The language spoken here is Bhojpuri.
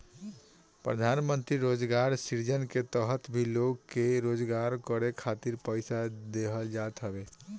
प्रधानमंत्री रोजगार सृजन के तहत भी लोग के रोजगार करे खातिर पईसा देहल जात हवे